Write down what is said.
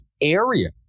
area